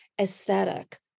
aesthetic